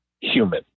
human